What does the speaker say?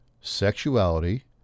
sexuality